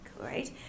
right